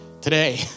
Today